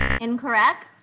Incorrect